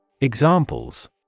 Examples